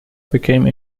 became